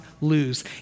lose